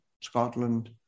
Scotland